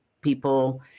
people